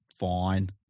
fine